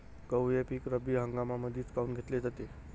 गहू हे पिक रब्बी हंगामामंदीच काऊन घेतले जाते?